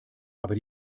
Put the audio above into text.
aber